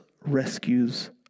rescues